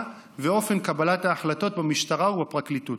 ואת אופן קבלת ההחלטות במשטרה ובפרקליטות.